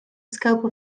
scope